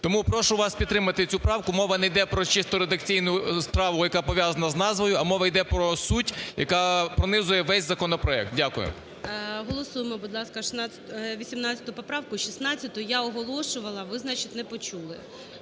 Тому прошу вас підтримати цю правку. Мова не йде про чисто редакційну справу, яка пов'язана з назвою, а мова йде про суть, яка пронизує весь законопроект. Дякую. ГОЛОВУЮЧИЙ. Голосуємо, будь ласка, 18 поправку. 16-у я оголошувала, ви, значить, не почули.